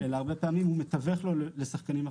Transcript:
אלא הרבה פעמים הוא מתווך לו שחקנים אחרים.